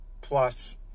plus